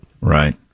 right